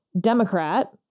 Democrat